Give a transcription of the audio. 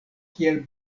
kiel